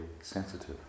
sensitive